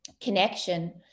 connection